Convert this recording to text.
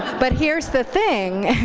but here's the thing.